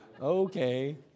Okay